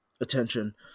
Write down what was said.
attention